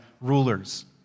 rulers